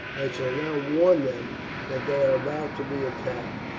i shall now warn them that they are about to be attacked,